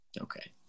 Okay